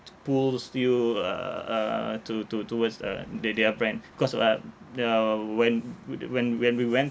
to pulls you uh uh to~ to~ towards uh their their brand cause like ya when wh~ when when we went